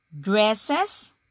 dresses